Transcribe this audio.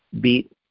beat